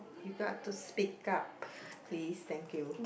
you got to speak up please thank you